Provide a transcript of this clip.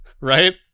right